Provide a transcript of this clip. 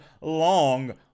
long